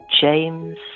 James